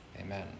amen